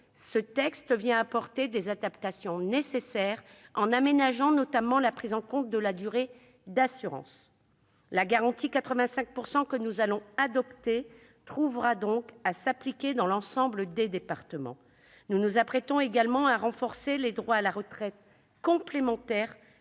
ce texte vient apporter des adaptations nécessaires, en aménageant notamment la prise en compte de la durée d'assurance. La « garantie 85 %» que nous allons adopter trouvera donc à s'appliquer dans l'ensemble des départements. Nous nous apprêtons également à renforcer les droits à la retraite complémentaire